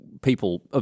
People